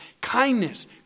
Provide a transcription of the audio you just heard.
kindness